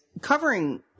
Covering